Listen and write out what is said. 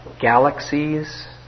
galaxies